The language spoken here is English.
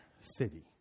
city